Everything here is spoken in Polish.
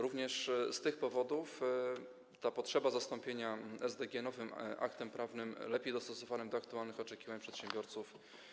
Również z tych powodów istnieje potrzeba zastąpienia s.d.g. nowym aktem prawnym lepiej dostosowanym do aktualnych oczekiwań przedsiębiorców.